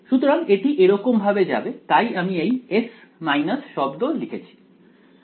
সুতরাং এটি এরকম ভাবে যাবে তাই আমি এই S শব্দ লিখেছি